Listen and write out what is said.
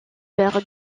père